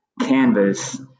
canvas